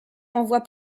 envoie